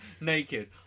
naked